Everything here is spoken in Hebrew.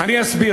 אני אסביר.